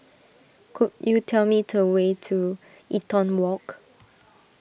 could you tell me to way to Eaton Walk